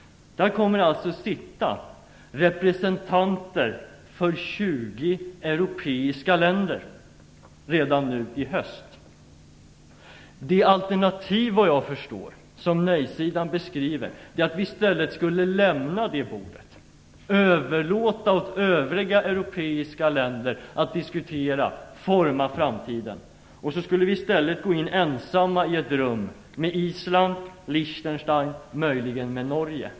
Där kommer alltså redan nu i höst representanter för tjugo europeiska länder att sitta. Det alternativ - som jag uppfattar det - som nejsidan beskriver är att vi i stället skulle lämna det bordet och överlåta till övriga europeiska länder att diskutera och forma framtiden. Vi skulle i stället gå in i ett rum med Island, Liechtenstein och möjligen med Norge.